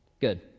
Good